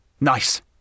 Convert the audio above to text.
Nice